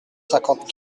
cinquante